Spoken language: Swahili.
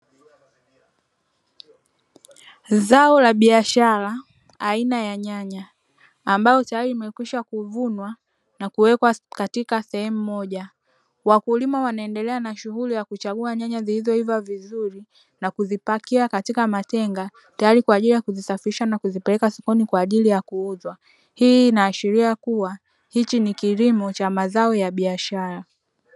Zao la biashara aina ya nyanya, ambalo limekwisha kuvunwa na kuwekwa katika sehemu moja. Wakulima wanaendelea na shughuli ya kuchambua nyanya zilizoiva vizuri na kuzipakia katika matenga, tayari kuzisafirisha na kuzipeleka sokoni kwa ajili ya kuziuza. Hii inaashiria kuwa, hichi ni kilimo cha mazao ya biashara.